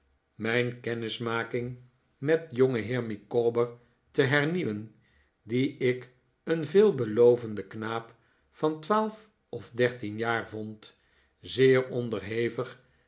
mijn kennismaking met jongenheer micawber te hernieuwen dien ik een veelbelovenden knaap van twaalf of dertien jaar vond zeer onderhevig